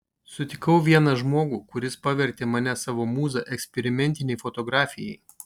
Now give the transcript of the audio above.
sutikau vieną žmogų kuris pavertė mane savo mūza eksperimentinei fotografijai